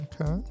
Okay